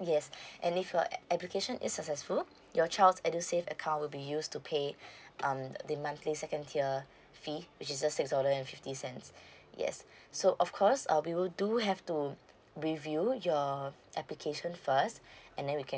yes and if your eh application is successful your child's edusave account will be used to pay um the the monthly second tier fee which is just six dollars and fifty cents yes so of course uh we will do have to review your application first and then we can